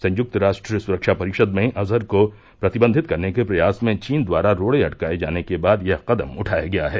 संयुक्त राष्ट्र सुरक्षा परिषद में अजहर को प्रतिबंधित करने के प्रयास में चीन द्वारा रोड़े अटकाये जाने के बाद यह कदम उठाया गया है